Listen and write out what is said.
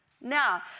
Now